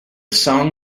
song